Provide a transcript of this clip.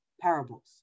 parables